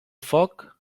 foc